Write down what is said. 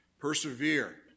Persevere